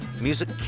music